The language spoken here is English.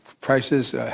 prices